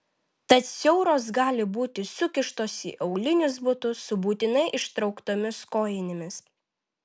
tad siauros gali būti sukištos į aulinius batus su būtinai ištrauktomis kojinėmis